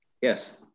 Yes